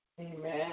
Amen